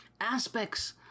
aspects